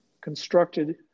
constructed